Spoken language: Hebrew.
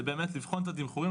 זה באמת לבחון את התמחורים,